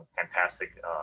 fantastic